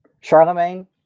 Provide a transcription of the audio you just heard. Charlemagne